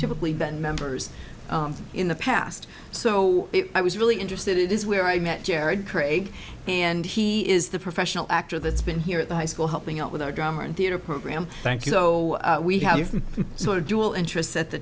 typically been members in the past so i was really interested it is where i met jared craig and he is the professional actor that's been here at the high school helping out with our drummer in theater program thank you so we have sort of dual interests at the